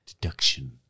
Deduction